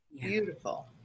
beautiful